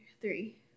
Three